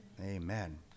Amen